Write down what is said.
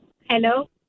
Hello